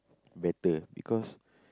better because